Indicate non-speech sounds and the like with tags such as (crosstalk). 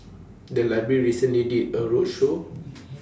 (noise) The Library recently did A roadshow